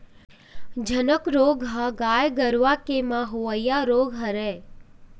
झनक रोग ह गाय गरुवा के म होवइया रोग हरय